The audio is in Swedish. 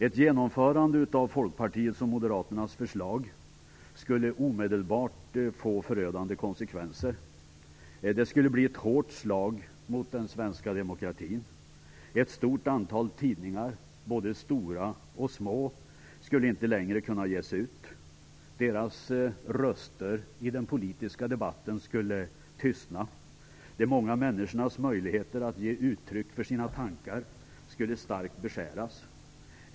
Ett genomförande av Folkpartiets och Moderaternas förslag skulle omedelbart få förödande konsekvenser. Det skulle bli ett hårt slag mot den svenska demokratin. Ett stort antal tidningar, både stora och små, skulle inte längre kunna ges ut. Deras röster i den politiska debatten skulle tystna. De många människornas möjligheter att ge uttryck för sina tankar skulle starkt beskäras.